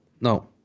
no